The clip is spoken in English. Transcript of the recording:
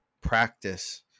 practice